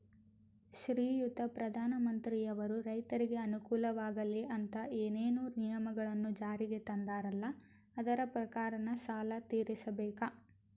ಶ್ರೀಯುತ ಪ್ರಧಾನಮಂತ್ರಿಯವರು ರೈತರಿಗೆ ಅನುಕೂಲವಾಗಲಿ ಅಂತ ಏನೇನು ನಿಯಮಗಳನ್ನು ಜಾರಿಗೆ ತಂದಾರಲ್ಲ ಅದರ ಪ್ರಕಾರನ ಸಾಲ ತೀರಿಸಬೇಕಾ?